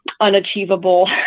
unachievable